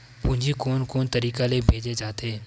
पूंजी कोन कोन तरीका ले भेजे जाथे?